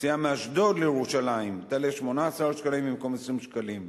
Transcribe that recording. נסיעה מאשדוד לירושלים תעלה 18 שקלים במקום 20 שקלים,